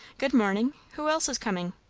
good morning! who else is coming?